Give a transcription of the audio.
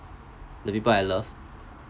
the people I love